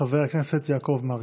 חבר הכנסת יעקב מרגי.